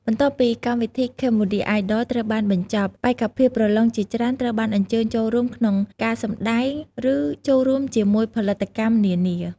បន្ទាប់ពីកម្មវិធី "Cambodia Idol" ត្រូវបានបញ្ចប់ បេក្ខភាពប្រឡងជាច្រើនត្រូវបានអញ្ជើញចូលរួមក្នុងការសម្តែង ឬចូលរួមជាមួយផលិតកម្មនានា។